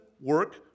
work